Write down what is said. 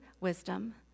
wisdom